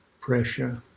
pressure